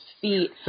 feet